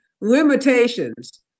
limitations